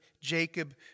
Jacob